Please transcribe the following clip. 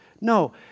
No